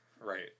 right